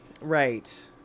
Right